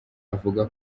avuga